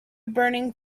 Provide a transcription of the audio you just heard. burning